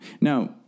Now